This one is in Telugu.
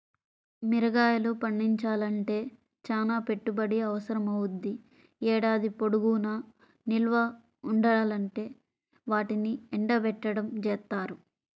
మిరగాయలు పండించాలంటే చానా పెట్టుబడి అవసరమవ్వుద్ది, ఏడాది పొడుగునా నిల్వ ఉండాలంటే వాటిని ఎండబెట్టడం జేత్తారు